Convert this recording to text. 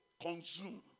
consume